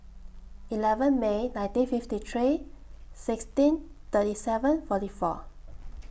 eleven May nineteen fifty three sixteen thirty seven forty four